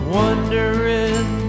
wondering